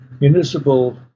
municipal